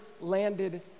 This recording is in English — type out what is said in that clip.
landed